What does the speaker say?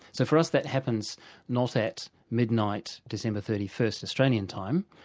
so for us that happens not at midnight, december thirty first australian time,